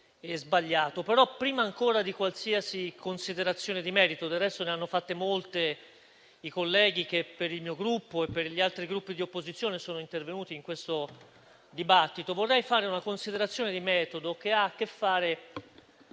e sbagliato. Prima ancora di qualsiasi considerazione di merito - del resto ne hanno fatte molte i colleghi che per il mio Gruppo e per gli altri Gruppi di opposizione sono intervenuti in questo dibattito - vorrei però fare una considerazione di metodo, che ha a che fare